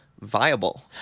viable